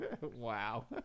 Wow